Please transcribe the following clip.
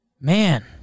Man